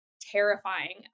terrifying